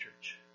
church